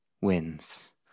wins